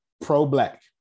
pro-black